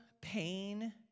pain